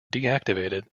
deactivated